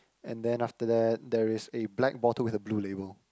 and then after that there is a black bottle with a blue label